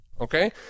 okay